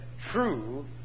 true